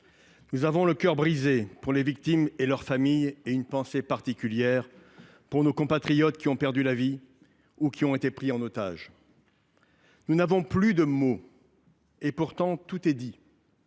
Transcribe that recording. nous avons le cœur brisé en songeant aux victimes et à leurs familles et nous avons une pensée particulière pour nos compatriotes qui ont perdu la vie ou qui ont été pris en otage. Nous n’avons plus de mots, et pourtant tout est dit.